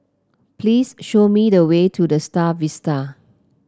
please show me the way to The Star Vista